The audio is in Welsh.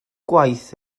gwaith